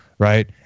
Right